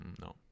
No